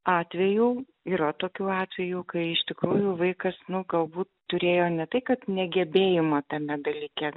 atvejų yra tokių atvejų kai iš tikrųjų vaikas nu galbūt turėjo ne tai kad negebėjimą tame dalyke